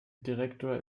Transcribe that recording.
direktor